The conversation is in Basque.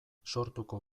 sortuko